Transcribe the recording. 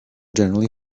generally